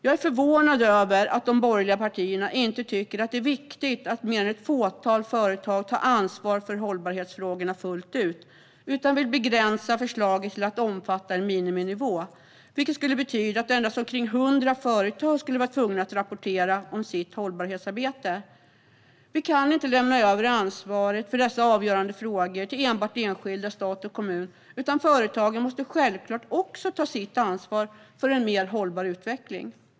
Jag är förvånad över att de borgerliga partierna inte tycker att det är viktigt att mer än ett fåtal företag tar ansvar för hållbarhetsfrågorna fullt ut utan vill begränsa förslaget till att omfatta en miniminivå, vilket skulle betyda att endast omkring 100 företag skulle vara tvungna att rapportera om sitt hållbarhetsarbete. Vi kan inte lämna över ansvaret för dessa avgörande frågor till enbart enskilda, stat och kommun, utan företagen måste självklart också ta sitt ansvar för en mer hållbar utveckling.